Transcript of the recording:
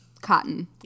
cotton